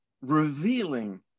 revealing